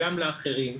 גם לאחרים,